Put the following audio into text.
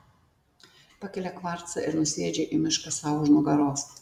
pakelia kvarcą ir nusviedžia į mišką sau už nugaros